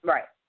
Right